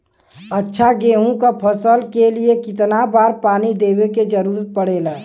अच्छा गेहूँ क फसल के लिए कितना बार पानी देवे क जरूरत पड़ेला?